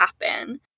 happen